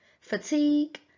fatigue